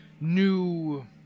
new